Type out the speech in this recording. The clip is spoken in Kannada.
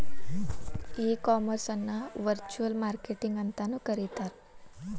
ಈ ಕಾಮರ್ಸ್ ಅನ್ನ ವರ್ಚುಅಲ್ ಮಾರ್ಕೆಟಿಂಗ್ ಅಂತನು ಕರೇತಾರ